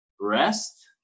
rest